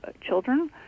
children